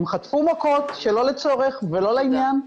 הם חטפו מכות שלא לצורך ולא לעניין.